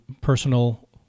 personal